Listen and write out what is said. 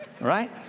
right